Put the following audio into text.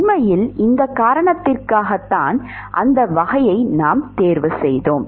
உண்மையில் இந்த காரணத்திற்காக தான் அந்த வகையை நாம் தேர்வு செய்தோம்